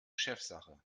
chefsache